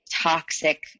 toxic